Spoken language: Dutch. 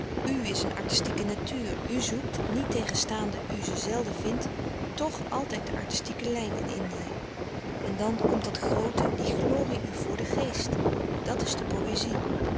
is een artistieke natuur u zoekt niettegenstaande u ze zelden vindt tch altijd de artistieke lijn in indië en dan komt dat groote die glorie u voor den geest dat is de poëzie